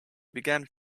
began